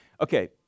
Okay